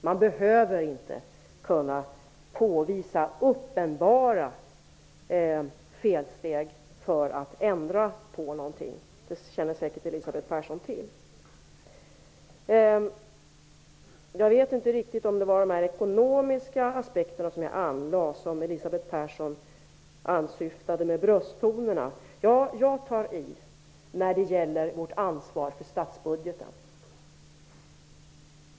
Det är inte nödvändigt att kunna påvisa uppenbara felsteg för att man skall kunna ändra på något, det känner säkert Elisabeth Jag vet inte riktigt om det var de ekonomiska aspekter som jag anlade som Elisabeth Persson åsyftade när hon talade om att jag tog till brösttoner. Jag tar i när det gäller vårt ansvar för statsbudgeten.